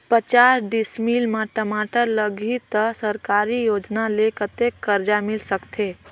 पचास डिसमिल मा टमाटर लगही त सरकारी योजना ले कतेक कर्जा मिल सकथे?